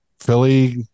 Philly